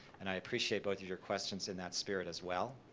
and i appreciate both of your questions in that sprit but as well,